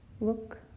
Look